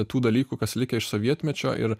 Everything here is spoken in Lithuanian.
tų dalykų kas likę iš sovietmečio ir